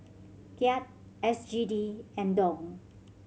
Kyat S G D and Dong